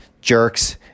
jerks